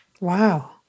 Wow